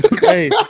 Hey